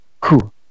cool